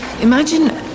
Imagine